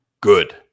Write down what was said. good